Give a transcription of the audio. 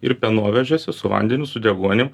ir pienovežiuose su vandeniu su deguonim